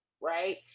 right